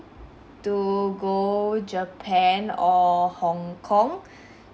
to go japan or hong kong